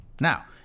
Now